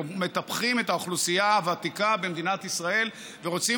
מטפחים את האוכלוסייה הוותיקה במדינת ישראל ורוצים